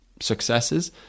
successes